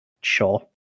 sure